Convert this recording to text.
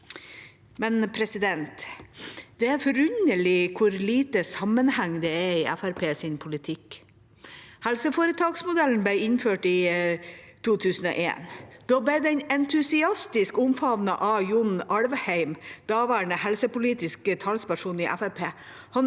i Norge. Det er forunderlig hvor lite sammenheng det er i Fremskrittspartiets politikk. Helseforetaksmodellen ble innført i 2001. Da ble den entusiastisk omfavnet av John I. Alvheim, daværende helsepolitiske talsperson i